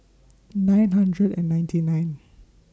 nine hundred and ninety nine